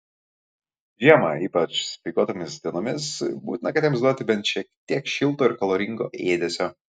žiemą ypač speiguotomis dienomis būtina katėms duoti bent šiek tiek šilto ir kaloringo ėdesio